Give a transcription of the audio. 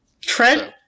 Trent